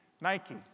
Nike